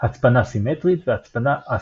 הצפנה סימטרית והצפנה א-סימטרית.